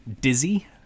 Dizzy